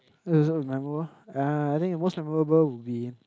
uh I think the most memorable would be